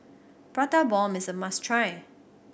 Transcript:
Prata Bomb is a must try